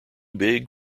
big